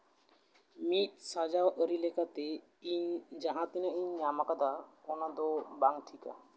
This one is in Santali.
ᱢᱤᱫ ᱥᱟᱡᱟᱣ ᱟᱹᱨᱤ ᱞᱮᱠᱟᱛᱮ ᱤᱧ ᱡᱟᱦᱟᱸ ᱛᱤᱱᱟᱹᱜ ᱤᱧ ᱧᱟᱢ ᱠᱟᱫᱟ ᱚᱱᱟᱫᱚ ᱵᱟᱝ ᱴᱷᱤᱠᱟ